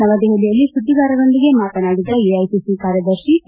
ನವದೆಪಲಿಯಲ್ಲಿ ಸುದ್ಲಿಗಾರರೊಂದಿಗೆ ಮಾತನಾಡಿದ ಎಐಸಿಸಿ ಕಾರ್ಯದರ್ಶಿ ಕೆ